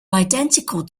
identical